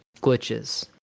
glitches